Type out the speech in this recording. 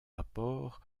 rapport